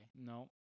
No